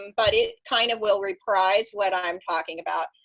um but it kind of will reprise what i'm talking about.